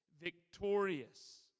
victorious